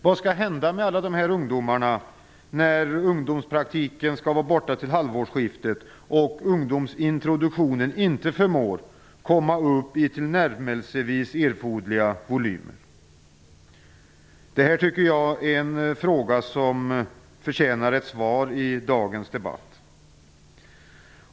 Vad skall hända med alla dessa ungdomar när ungdomspraktiken upphör till halvårsskiftet och ungdomsintroduktionen inte förmår komma upp i tillnärmelsevis erforderliga volymer? Detta tycker jag är en fråga som förtjänar ett svar i dagens debatt.